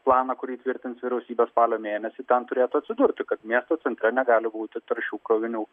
planą kurį tvirtins vyriausybė spalio mėnesį ten turėtų atsidurti kad miesto centre negali būti taršių krovinių